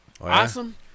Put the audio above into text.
awesome